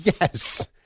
Yes